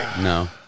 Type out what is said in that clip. No